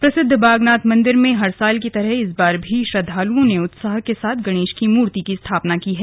प्रसिद्ध बागनाथ मंदिर में हर साल की तरह इस बार भी श्रद्वालुओं ने उत्साह के साथ गणेश की मूर्ति की स्थापना की है